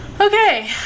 Okay